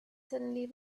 suddenly